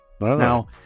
Now